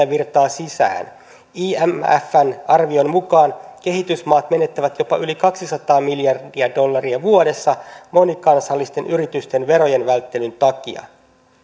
virtaa sisään imfn arvion mukaan kehitysmaat menettävät jopa yli kaksisataa miljardia dollaria vuodessa monikansallisten yritysten verojen välttelyn takia